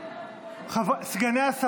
שנייה.